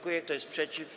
Kto jest przeciw?